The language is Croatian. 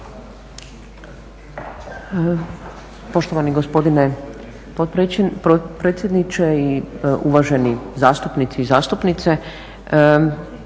Poštovani gospodine potpredsjedniče i uvaženi zastupnici i zastupnice.